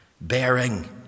Bearing